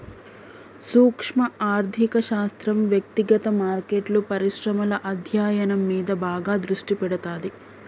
సూక్శ్మ ఆర్థిక శాస్త్రం వ్యక్తిగత మార్కెట్లు, పరిశ్రమల అధ్యయనం మీద బాగా దృష్టి పెడతాది